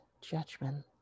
judgment